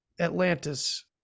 atlantis